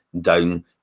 down